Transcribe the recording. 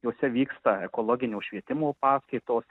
jose vyksta ekologinio švietimo paskaitos